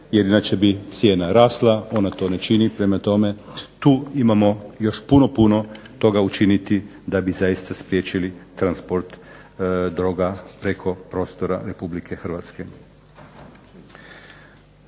jer inače bi cijena rasla. Ona to ne čini. Prema tome, tu imamo još puno, puno toga učiniti da bi zaista spriječili transport droga preko prostora Republike Hrvatske.